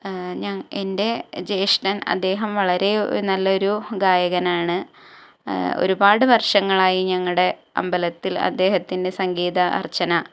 എൻ്റെ ജേഷ്ഠൻ അദ്ദേഹം വളരെ നല്ലൊരു ഗായകനാണ് ഒരുപാട് വർഷങ്ങളായി ഞങ്ങളുടെ അമ്പലത്തിൽ അദ്ദേഹത്തിൻ്റെ സംഗീത അർച്ചന